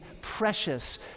precious